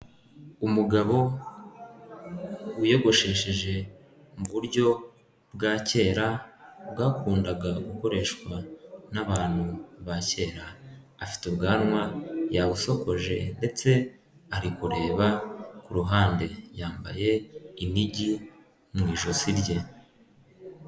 Umugabo wiyogoshesheje mu buryo bwa kera bwakundaga gukoreshwa n'abantu ba kera, afite ubwanwa yabushokoje ndetse ari kureba ku ruhande yambaye inigi mu ijosi rye.